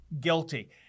guilty